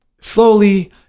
slowly